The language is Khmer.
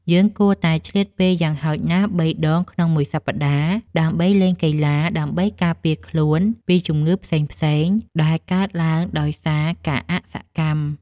យើងគួរតែឆ្លៀតពេលយ៉ាងហោចណាស់បីដងក្នុងមួយសប្តាហ៍ដើម្បីលេងកីឡាដើម្បីការពារខ្លួនពីជំងឺផ្សេងៗដែលកើតឡើងដោយការអសកម្ម។